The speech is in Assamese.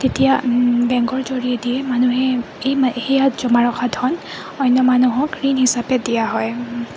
তেতিয়া বেংকৰ জৰিয়তে মানুহে এই ইয়াত জমা ৰখাৰ ধন অন্য মানুহক ঋণ হিচাপে দিয়া হয়